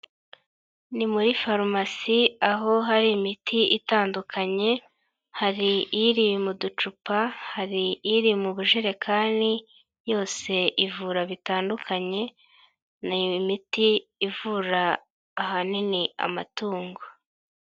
Ni muri farumasi aho hari imiti itandukanye, hari iyiri mu ducupa, hari iri mu bujerekani yose ivura bitandukanye. Ni imiti ivura ahanini amatungo.